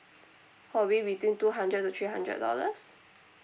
for range between two hundred to three hundred dollars